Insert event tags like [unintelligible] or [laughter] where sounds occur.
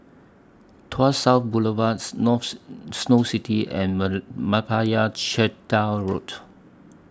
Tuas South Boulevard [unintelligible] Snow City and [unintelligible] Meyappa Chettiar Road